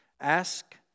Ask